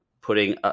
putting